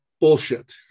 bullshit